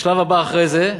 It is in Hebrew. השלב הבא אחרי זה,